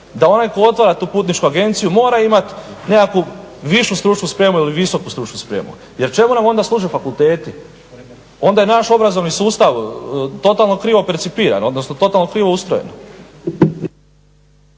da onaj tko otvara tu putničku agenciju mora imati nekakvu višu stručnu spremu ili visoku stručnu spremu jer čemu nam onda služe fakulteti. Onda je naš obrazovni sustav totalno krivo percipiran, odnosno totalno krivo ustrojen.